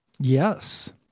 Yes